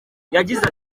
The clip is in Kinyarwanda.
yagize